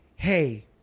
Hey